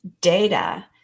data